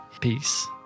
Peace